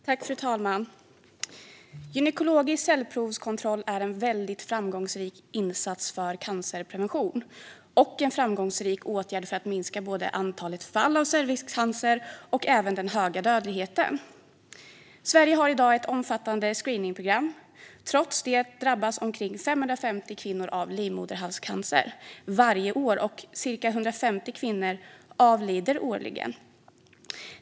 Fru talman! Gynekologisk cellprovskontroll är en väldigt framgångsrik insats för cancerprevention och en framgångsrik åtgärd för att minska både antalet fall av cervixcancer liksom den höga dödligheten. Sverige har i dag ett omfattande screeningprogram. Trots det drabbas omkring 550 kvinnor av livmoderhalscancer varje år, och cirka 150 kvinnor avlider årligen.